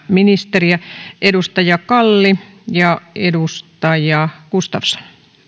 ministeriä edustaja kalli ja edustaja gustafsson